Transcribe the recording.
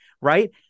right